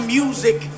music